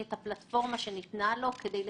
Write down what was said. לגמרי.